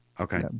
Okay